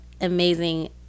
amazing